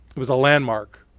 it was a landmark,